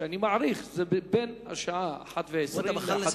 אני מעריך שזה יהיה בין 13:20 ל-13:30.